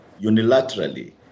unilaterally